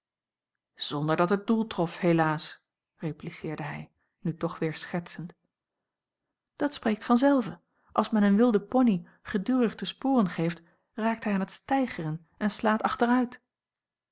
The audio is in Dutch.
zonder dat het doel trof helaas repliceerde hij nu toch weer schertsend dat spreekt vanzelve als men een wilden pony gedurig de sporen geeft raakt hij aan het steigeren en slaat achteruit